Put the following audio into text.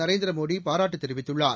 நரேந்திர மோடி பாராட்டுத் தெரிவித்துள்ளார்